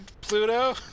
Pluto